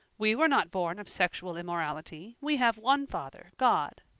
we were not born of sexual immorality. we have one father, god.